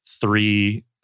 three